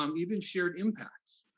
um even shared impacts.